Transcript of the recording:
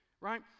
right